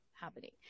happening